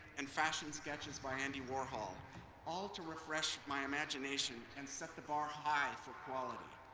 and fashion sketches by andy warhol all to refresh my imagination and set the bar high for quality.